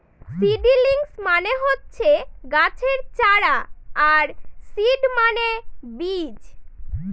seedlings মানে হচ্ছে গাছের চারা আর সিড মানে বীজ